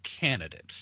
candidates